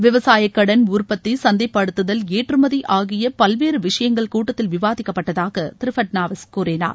விவசாய கடன் உற்பத்தி சந்தைப்படுத்துதல் ஏற்றுமதி ஆகிய பல்வேறு விஷயங்கள் கூட்டத்தில் விவாதிக்கப்பட்டதாக திரு பட்னாவிஸ் கூறினார்